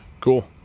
cool